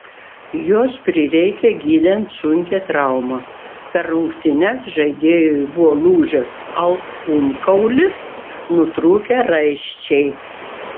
jos prireikė gydant sunkią traumą per rungtynes žaidėjui buvo lūžęs alkūnkaulis nutrūkę raiščiai